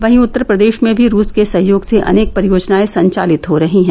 वहीं उत्तर प्रदेश में भी रूस के सहयोग से अनेक परियोजनाये संचालित हो रही हैं